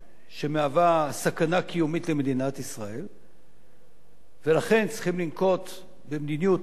שמהווה סכנה קיומית למדינת ישראל ולכן צריכים לנקוט מדיניות א',